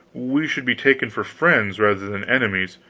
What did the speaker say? we should be taken for friends rather than enemies,